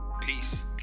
Peace